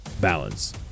balance